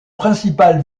principal